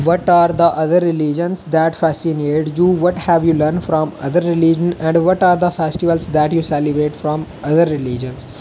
what are the other religion that fascinate you that you learn from other religion and what are the festivals that you celebrate from other religious